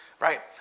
Right